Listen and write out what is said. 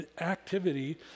activity